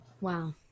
Wow